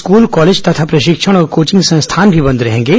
school college तथा प्रशिक्षण और कोचिंग संस्थान भी बंद रहेंगे